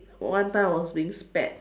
one time I was being spat